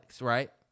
right